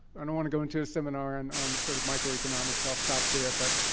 i don't want to go into a seminar and on sort of micro-economics. i'll stop there, but